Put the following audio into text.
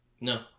No